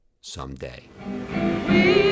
someday